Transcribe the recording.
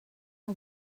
our